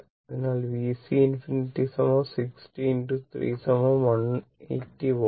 അതിനാൽ VC ∞ 60 3 180 വോൾട്ട